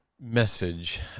message